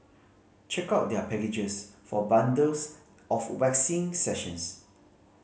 check out their packages for bundles of waxing sessions